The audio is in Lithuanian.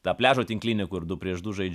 tą pliažo tinklinį kur du prieš du žaidžia